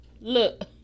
Look